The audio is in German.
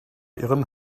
ihren